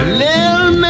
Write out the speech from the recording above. little